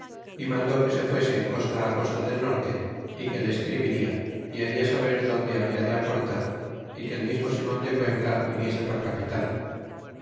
y mandó que se fuesen costa costa del norte y que le escribiria y haria saberdondehabia de aportar y que el mismo simon de cuenca viniese por capitan